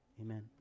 Amen